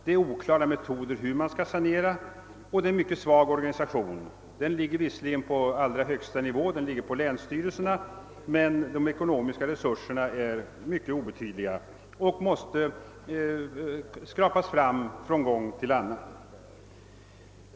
Det är oklart vilka metoder som skall användas vid sanering, och det är en mycket svag organisation. Den är visserligen förlagd på hög nivå, till länsstyrelserna, men de ekonomiska resurserna är mycket obetydliga och man måste skrapa fram resurser från gång till annan.